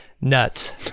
nuts